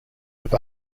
have